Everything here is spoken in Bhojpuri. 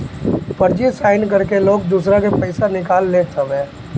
फर्जी साइन करके लोग दूसरा के पईसा निकाल लेत हवे